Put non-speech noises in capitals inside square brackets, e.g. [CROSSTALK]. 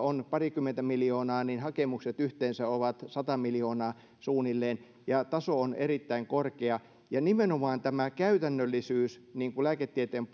parikymmentä miljoonaa niin hakemukset yhteensä ovat sata miljoonaa suunnilleen ja taso on erittäin korkea nimenomaan tämä käytännöllisyys niin kuin lääketieteen [UNINTELLIGIBLE]